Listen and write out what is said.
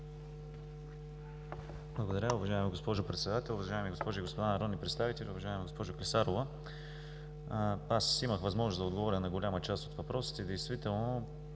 Благодаря, уважаема госпожо Председател. Уважаеми госпожи и господа народни представители! Уважаема госпожо Клисарова, имах възможност да отговоря на голяма част от въпросите. Действително